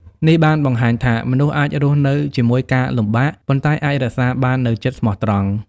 នេះបានបង្ហាញថា មនុស្សអាចរស់នៅជាមួយការលំបាក ប៉ុន្តែអាចរក្សាបាននូវចិត្តស្មោះត្រង់។